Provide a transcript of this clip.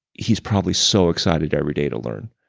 he's probably so excited every day to learn,